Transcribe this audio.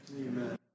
Amen